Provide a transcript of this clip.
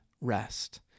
rest